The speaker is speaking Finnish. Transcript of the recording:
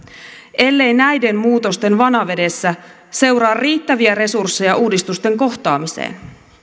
ellei näiden muutosten vanavedessä seuraa riittäviä resursseja uudistusten kohtaamiseen